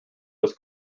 was